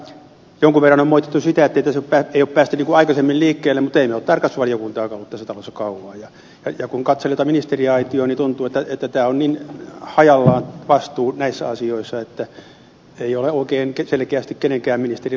jonkun verran on moitittu sitä ettei tässä ole päästy aikaisemmin liikkeelle mutta ei meillä ole tarkastusvaliokuntaakaan ollut tässä talossa kauan ja kun katselee tuota ministeriaitiota niin tuntuu että tämä vastuu on niin hajallaan näissä asioissa että ei ole oikein selkeästi kenenkään ministerin rootelissa ilmeisesti